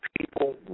People